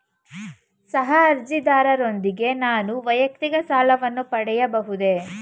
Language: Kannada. ಸಹ ಅರ್ಜಿದಾರರೊಂದಿಗೆ ನಾನು ವೈಯಕ್ತಿಕ ಸಾಲವನ್ನು ಪಡೆಯಬಹುದೇ?